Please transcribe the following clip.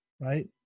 right